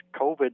covid